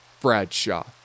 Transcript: Bradshaw